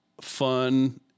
fun